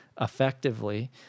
effectively